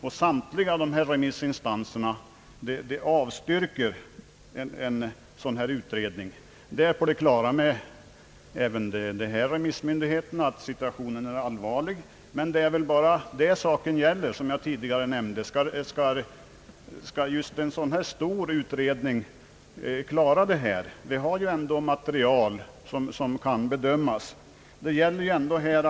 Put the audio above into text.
Samtliga dessa remissinstanser avstyrker en sådan här utredning. Dessa myndigheter är fullt på det klara med att situationen är allvarlig, men vad saken gäller är ju, som jag tidigare nämnde, om en stor utredning kan klara det här. Det finns material som tar upp problemen och mera sådant kommer.